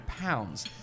pounds